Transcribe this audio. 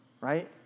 Right